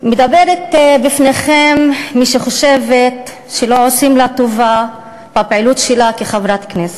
מדברת בפניכם מי שחושבת שלא עושים לה טובה בפעילות שלה כחברת כנסת,